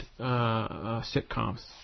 sitcoms